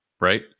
right